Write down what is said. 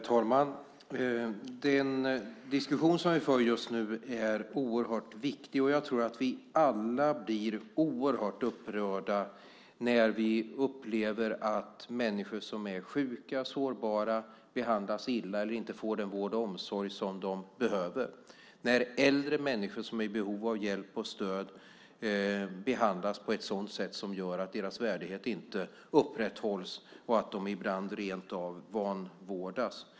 Herr talman! Den diskussion vi för nu är oerhört viktig. Vi blir alla oerhört upprörda när vi upplever att människor som är sjuka och sårbara behandlas illa eller inte får den vård och omsorg som de behöver. Det gäller när äldre människor som är i behov av hjälp och stöd behandlas på ett sådant sätt att deras värdighet inte upprätthålls och att de ibland rentav vanvårdas.